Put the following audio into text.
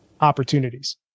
opportunities